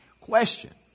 Question